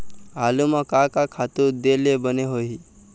आलू म का का खातू दे ले बने होही?